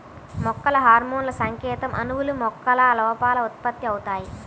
మొక్కల హార్మోన్లుసంకేత అణువులు, మొక్కల లోపల ఉత్పత్తి అవుతాయి